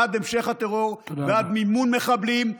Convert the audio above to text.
בעד המשך הטרור, בעד מימון מחבלים,